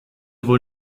wohl